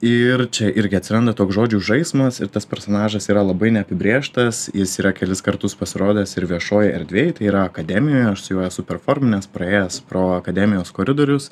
ir čia irgi atsiranda toks žodžių žaismas ir tas personažas yra labai neapibrėžtas jis yra kelis kartus pasirodęs ir viešoj erdvėj tai yra akademijoje aš su juo esu performinęs praėjęs pro akademijos koridorius